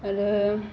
आरो